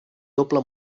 doble